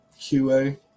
QA